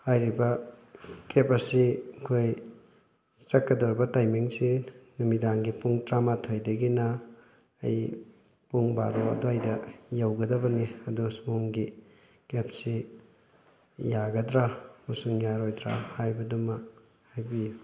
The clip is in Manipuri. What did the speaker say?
ꯍꯥꯏꯔꯤꯕ ꯀꯦꯞ ꯑꯁꯤ ꯑꯩꯈꯣꯏ ꯆꯠꯀꯗꯧꯔꯤꯕ ꯇꯥꯏꯃꯤꯡꯁꯤ ꯅꯨꯃꯤꯗꯥꯡꯒꯤ ꯄꯨꯡ ꯇꯔꯥꯃꯥꯊꯣꯏꯗꯒꯤꯅ ꯑꯩ ꯄꯨꯡ ꯕꯥꯔꯣ ꯑꯗꯨꯋꯥꯏꯗ ꯌꯧꯒꯗꯕꯅꯤ ꯑꯗꯨ ꯁꯣꯝꯒꯤ ꯀꯦꯞꯁꯤ ꯌꯥꯒꯗ꯭ꯔꯥ ꯑꯃꯁꯨꯡ ꯌꯥꯔꯣꯏꯗ꯭ꯔꯥ ꯍꯥꯏꯕꯗꯨꯃ ꯍꯥꯏꯕꯤꯌꯨ